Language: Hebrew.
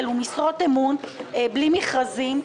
אלה משרות אמון בלי מכרזים.